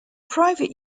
private